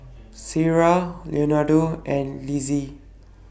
Sierra Leonardo and